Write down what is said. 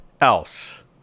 else